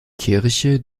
kirche